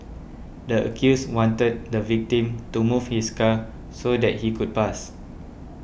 the accused wanted the victim to move his car so that she could pass